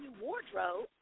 wardrobe